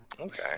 okay